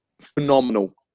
phenomenal